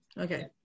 Okay